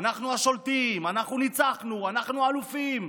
אנחנו השולטים, אנחנו ניצחנו, אנחנו אלופים.